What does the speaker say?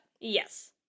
yes